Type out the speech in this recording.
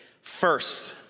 first